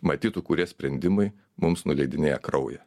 matytų kurie sprendimai mums nuleidinėja kraują